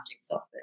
software